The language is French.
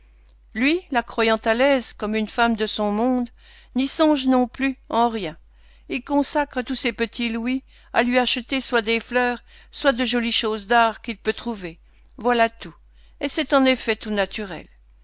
lui la croyant à l'aise comme une femme de son monde n'y songe non plus en rien il consacre tous ses petits louis à lui acheter soit des fleurs soit de jolies choses d'art qu'il peut trouver voilà tout et c'est en effet tout naturel